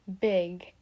big